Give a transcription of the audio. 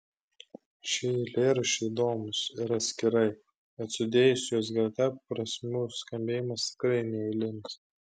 šie eilėraščiai įdomūs ir atskirai bet sudėjus juos greta prasmių skambėjimas tikrai neeilinis